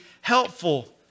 helpful